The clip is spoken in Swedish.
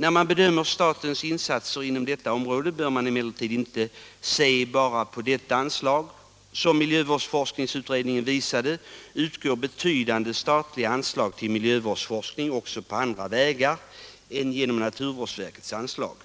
När man bedömer statens insatser inom detta område bör man emellertid inte se bara till detta anslag. Som miljöforskningsutredningen visade utgår betydande statliga anslag till miljövårdsforskning också på andra vägar än genom naturvårdsverkets anslag.